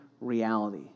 reality